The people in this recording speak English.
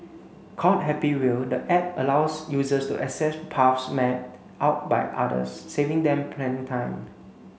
called Happy Wheel the app allows users to access paths mapped out by others saving them planning time